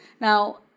Now